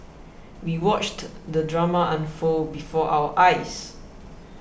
we watched the drama unfold before our eyes